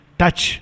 touch